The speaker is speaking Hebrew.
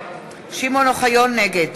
נגד